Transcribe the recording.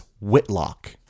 Whitlock